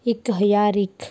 ਇੱਕ ਹਜ਼ਾਰ ਇੱਕ